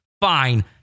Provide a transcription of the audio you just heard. Fine